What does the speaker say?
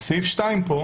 בסעיף 2 פה,